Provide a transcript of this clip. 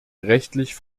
rechtlich